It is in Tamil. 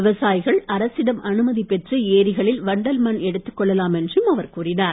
விவசாயிகள் அரசிடம் அனுமதி பெற்று ஏரிகளில் வண்டல் மண் எடுத்துக் கொள்ளலாம் என்றும் அவர் கூறினார்